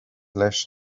leis